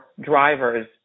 drivers